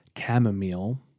chamomile